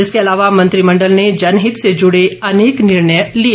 इसके अलावा भी मंत्रिमंडल ने जनहित से जुड़े अनेक निर्णय लिए गए